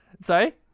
Sorry